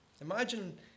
Imagine